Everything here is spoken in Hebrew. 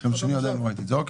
אוקיי.